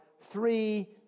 three